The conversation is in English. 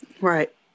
right